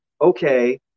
okay